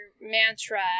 mantra